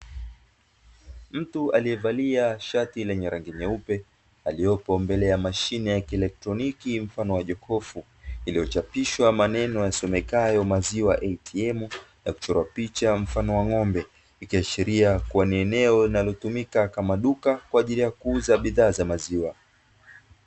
Mtu aliyevalia shati lenye rangi nyeupe, aliyopo mbele ya mashine ya kielektroniki mfano wa jokofu, iliyochapishwa maneno yasomekayo "maziwa ATM" na kuchorwa picha mfano wa ng'ombe, ikiashiria kuwa ni eneo linalotumika kama duka kwa ajili ya kuuza bidhaa za maziwa.